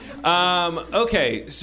Okay